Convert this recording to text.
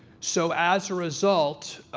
so as a result,